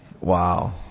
Wow